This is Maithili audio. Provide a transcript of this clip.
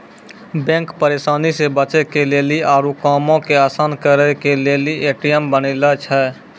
बैंक परेशानी से बचे के लेली आरु कामो के असान करे के लेली ए.टी.एम बनैने छै